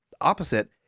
opposite